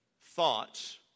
thoughts